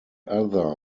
other